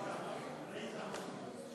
חברי חברי